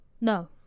No